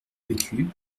vécu